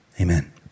Amen